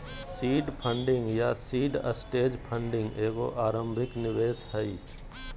seed funding या seed stage funding एगो आरंभिक निवेश हइ